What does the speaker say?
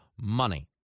money